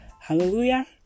hallelujah